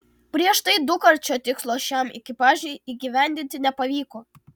prieš tai dukart šio tikslo šiam ekipažui įgyvendinti nepavyko